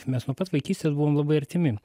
mes nuo pat vaikystės buvom labai artimi